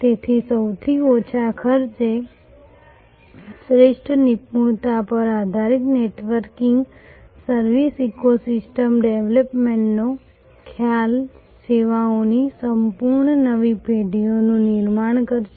તેથી સૌથી ઓછા ખર્ચે શ્રેષ્ઠ નિપુણતા પર આધારિત નેટવર્કિંગ સર્વિસ ઇકોસિસ્ટમ ડેવલપમેન્ટનો ખ્યાલ સેવાઓની સંપૂર્ણ નવી પેઢીઓનું નિર્માણ કરશે